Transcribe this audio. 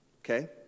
Okay